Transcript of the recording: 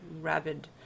rabid